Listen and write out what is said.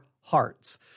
hearts